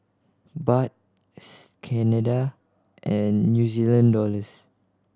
Baht Canada and New Zealand Dollars